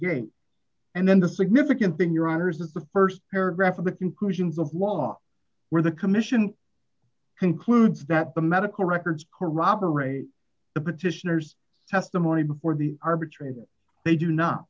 gate and then the significance being your honour's is the st paragraph of the conclusions of law where the commission concludes that the medical records corroborate the petitioners testimony before the arbitrator they do not